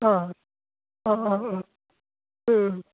অঁ অঁ অঁ অঁ ও